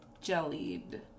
jellied